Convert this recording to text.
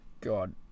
God